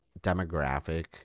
demographic